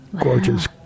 gorgeous